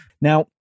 Now